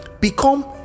become